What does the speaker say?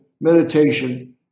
meditation